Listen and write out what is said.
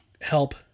help